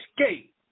escape